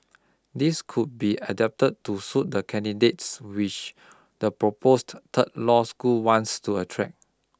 these could be adapted to suit the candidates which the proposed third law school wants to attract